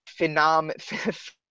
phenom